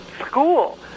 school